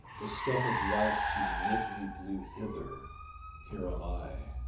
the stuff of life to knit me blew hither here am i.